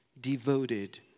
devoted